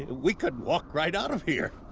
we could walk right out of here.